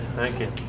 thank you.